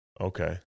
Okay